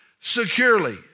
securely